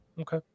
Okay